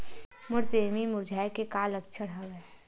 मोर सेमी मुरझाये के का लक्षण हवय?